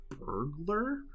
burglar